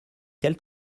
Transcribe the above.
quel